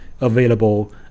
available